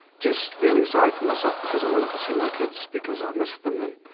just feeling sorry for myself because i wanted to see my kids because i missed them and,